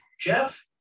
Jeff